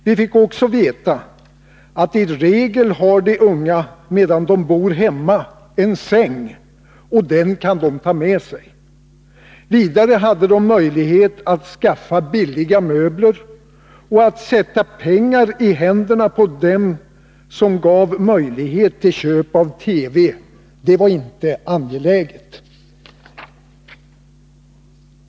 Vi fick även veta att i regel har de unga medan de bor hemma en säng, och den kan de ta med sig. Vidare hade de möjlighet att skaffa billiga möbler, och att sätta pengar i händerna på dem som gav möjlighet till köp av TV var inte angeläget.